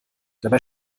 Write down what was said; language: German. dabei